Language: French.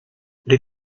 les